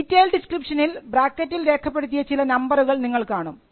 detail ഡിസ്ക്രിപ്ഷനിൽ ബ്രാക്കറ്റിൽ രേഖപ്പെടുത്തിയ ചില നമ്പറുകൾ നിങ്ങൾ കാണും